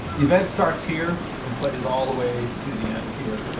event starts here, and plays all the way to the end here.